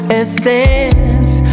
essence